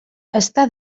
està